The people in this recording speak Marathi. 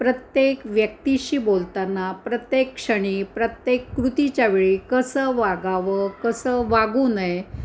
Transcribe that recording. प्रत्येक व्यक्तीशी बोलताना प्रत्येक क्षणी प्रत्येक कृतीच्या वेळी कसं वागावं कसं वागू नये